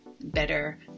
better